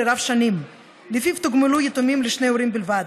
רב-שנים שלפיו תוגמלו יתומים לשני הורים בלבד,